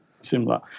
similar